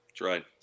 right